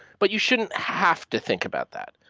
but you shouldn't have to think about that.